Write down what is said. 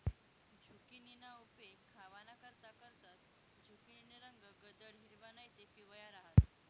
झुकिनीना उपेग खावानाकरता करतंस, झुकिनीना रंग गडद हिरवा नैते पिवया रहास